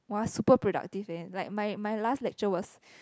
!wah! super productive eh like my my last lecture was